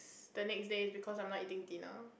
the next day is because I'm not eating dinner